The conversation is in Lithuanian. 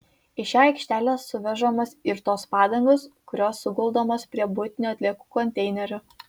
į šią aikštelę suvežamos ir tos padangos kurios suguldomos prie buitinių atliekų konteinerių